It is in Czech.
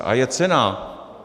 A je cenná.